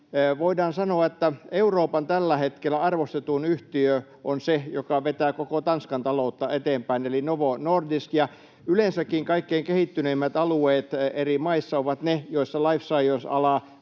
Voidaan sanoa, että Euroopan tällä hetkellä arvostetuin yhtiö on se, joka vetää koko Tanskan taloutta eteenpäin eli Novo Nordisk. Yleensäkin kaikkein kehittyneimmät alueet eri maissa ovat ne, joissa life science -ala